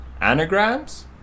anagrams